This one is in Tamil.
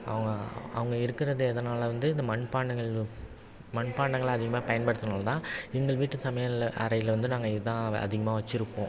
அவங்க அவங்க இருக்கிறது எதனால் வந்து இந்த மண்பாண்டங்கள் மண்பாண்டங்கள் அதிகமாக பயன்படுத்துனதுனாலதான் எங்கள் வீட்டு சமையல் அறையில் வந்து நாங்கள் இதான் அதிகமாக வச்சுருப்போம்